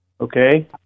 Okay